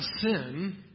sin